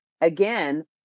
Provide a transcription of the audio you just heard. again